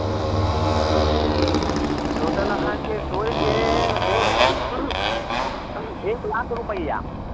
ठीक छै तब रखै छी तब फोन